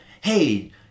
Hey